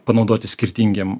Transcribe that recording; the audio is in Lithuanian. panaudoti skirtingiem